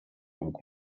łuk